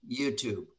YouTube